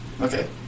okay